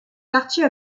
quartier